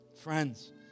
Friends